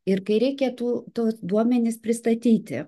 ir kai reikia tų tuos duomenis pristatyti